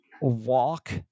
walk